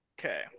Okay